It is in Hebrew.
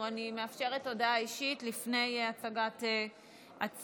אני מאפשרת הודעה אישית, לפני הצגת הצו.